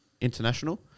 international